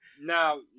Now